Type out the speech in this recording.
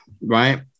right